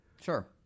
Sure